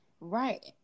Right